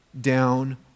down